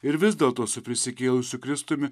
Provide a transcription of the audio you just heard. ir vis dėlto su prisikėlusiu kristumi